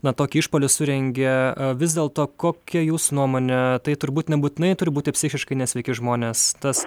na tokį išpuolį surengė vis dėlto kokia jūsų nuomonė tai turbūt nebūtinai turi būti psichiškai nesveiki žmonės tas